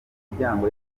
imiryango